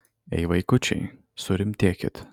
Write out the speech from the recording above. ei vaikučiai surimtėkit